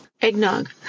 eggnog